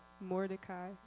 Mordecai